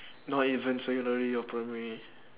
not even secondary or primary